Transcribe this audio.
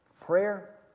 prayer